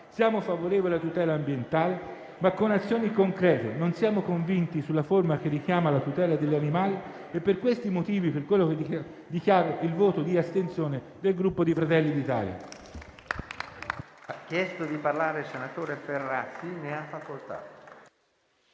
Siamo favorevoli alla tutela ambientale, ma con azioni concrete. Non siamo convinti sulla forma che richiama la tutela degli animali e per questi motivi dichiaro il voto di astensione del Gruppo Fratelli d'Italia.